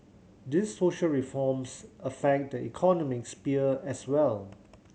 these social reforms affect the economic sphere as well